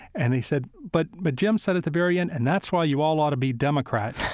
and he said, but but jim said at the very end, and that's why you all ought to be democrat,